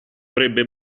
avrebbe